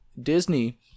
Disney